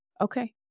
okay